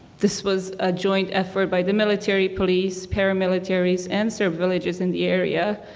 this was a joint effort by the military police, para-militaries, and serb villages in the area.